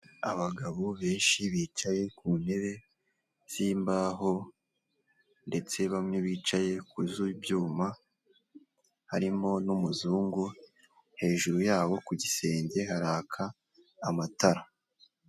Abagabo benshi bicaye ku ntebe z'imbaho ndetse bamwe bicaye ku z'ibyuma harimo n'umuzungu hejuru yabo ku gisenge haraka amatara.